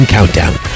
Countdown